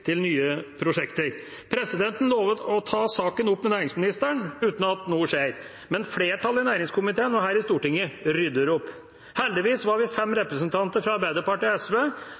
til nye prosjekter. Stortingspresidenten lovet å ta saken opp med næringsministeren, uten at noe skjer, men flertallet i næringskomiteen og her i Stortinget rydder opp. Heldigvis var vi fem representanter fra Arbeiderpartiet og SV